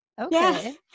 okay